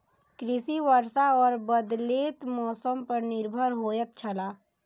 कृषि वर्षा और बदलेत मौसम पर निर्भर होयत छला